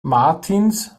martins